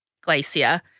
glacier